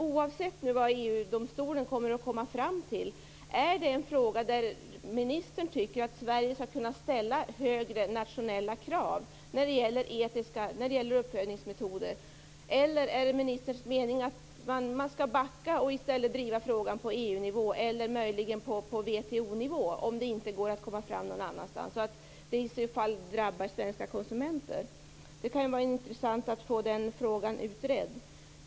Oavsett vad EG-domstolen kommer fram till, kan Sverige ställa högre nationella krav på uppföljningsmetoder eller är det ministerns mening att man skall backa och i stället driva frågan på EU-nivå eller på WTO-nivå, om det inte går att komma fram någon annanstans? Det kunde vara intressant att få den frågan utredd.